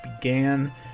began